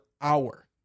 hour